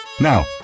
Now